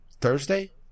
Thursday